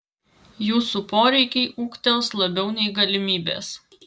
jūsų poreikiai ūgtels labiau nei galimybės